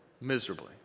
miserably